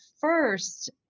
first